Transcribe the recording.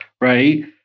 right